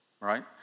Right